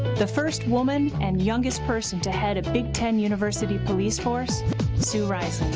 the first woman and youngest person to head a big ten university police force sue riseling.